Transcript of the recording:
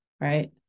right